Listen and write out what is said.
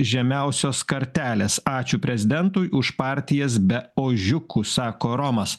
žemiausios kartelės ačiū prezidentui už partijas be ožiukų sako romas